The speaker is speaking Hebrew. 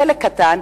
כלא קטן,